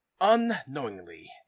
Unknowingly